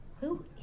Who